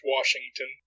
Washington